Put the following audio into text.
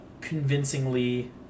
convincingly